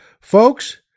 Folks